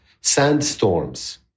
sandstorms